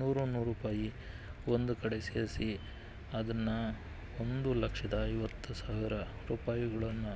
ನೂರು ನೂರು ರೂಪಾಯಿ ಒಂದು ಕಡೆ ಸೇರಿಸಿ ಅದನ್ನು ಒಂದು ಲಕ್ಷದ ಐವತ್ತು ಸಾವಿರ ರೂಪಾಯಿಗಳನ್ನು